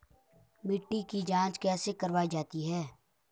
मिट्टी की जाँच कैसे करवायी जाती है?